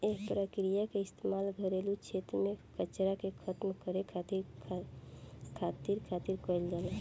एह प्रक्रिया के इस्तेमाल घरेलू क्षेत्र में कचरा के खतम करे खातिर खातिर कईल जाला